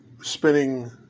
spinning